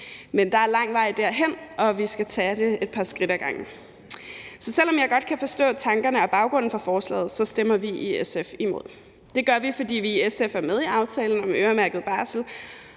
Men der er lang vej derhen, og vi skal tage det et par skridt ad gangen. Så selv om jeg godt kan forstå tankerne og baggrunden for forslaget, så stemmer vi i SF imod. Det gør vi, fordi vi i SF er med i aftalen om øremærket barsel.